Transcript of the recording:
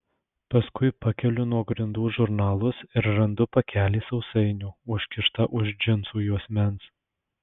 paskui pakeliu nuo grindų žurnalus ir randu pakelį sausainių užkištą už džinsų juosmens